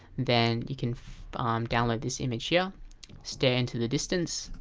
then you can um download this image here stare into the distance.